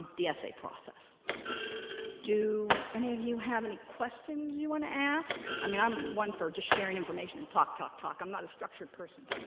the essay process do any of you have any question you want to ask i mean i'm one for just sharing information and talk talk talk i'm not a structured person